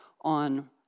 on